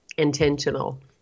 intentional